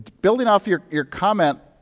building off your your comment,